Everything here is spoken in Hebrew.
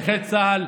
נכי צה"ל,